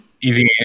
easy